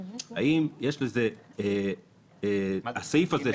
מה זה סעיף ג(3)?